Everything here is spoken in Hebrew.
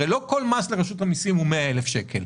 הרי לא כל מס לרשות המיסים הוא של 100,000 שקל.